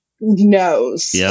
knows